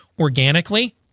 organically